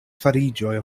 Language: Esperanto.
fariĝoj